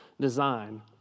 design